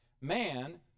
Man